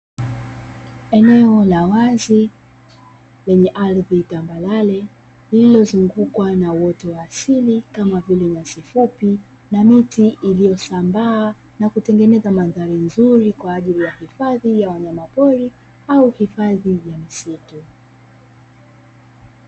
Eneo la wazi lenye ardhi tambarare, lililozungukwa na uoto wa asili kama vile nyasi fupi na miti iliyosambaa na kutengeneza mandhari nzuri kwa ajili ya hifadhi ya wanyama pori au hifadhi ya misitu.